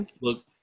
Look